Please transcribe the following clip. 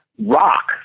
Rock